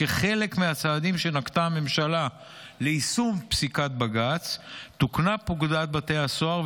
כחלק מהצעדים שנקטה הממשלה ליישום פסיקת בג"ץ תוקנה פקודת בתי הסוהר,